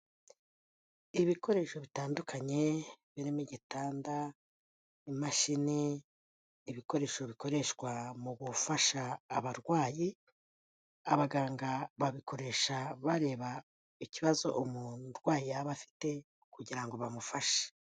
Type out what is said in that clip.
Ibikoresho bitandukanye birimo igitanda, imashini, ibikoresho bikoreshwa mu gufasha abarwayi, abaganga babikoresha bareba ikibazo umuntu urwaye yaba afite kugira ngo bamufashe.